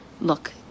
Look